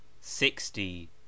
sixty